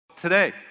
Today